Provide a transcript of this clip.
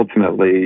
ultimately